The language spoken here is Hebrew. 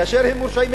כאשר הם מורשעים,